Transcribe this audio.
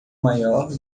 maior